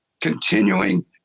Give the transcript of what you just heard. continuing